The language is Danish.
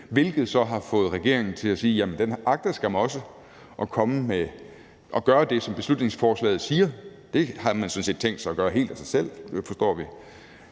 hvilket så har fået regeringen til at sige: Jamen den agter skam også at gøre det, som beslutningsforslaget siger. Det havde man sådan set tænkt sig gøre helt af sig selv,